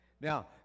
Now